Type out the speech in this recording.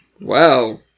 Wow